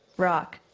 rock,